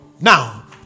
Now